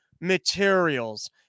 materials